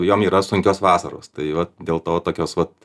jom yra sunkios vasaros tai vat dėl to tokios vat